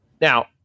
Now